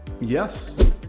yes